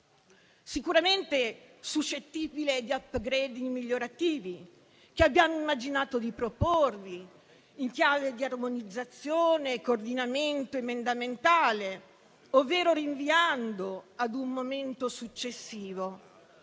sicuramente suscettibile di *upgrade* migliorativi che abbiamo immaginato di proporvi in chiave di armonizzazione e coordinamento emendamentale, ovvero rinviando ad un momento successivo,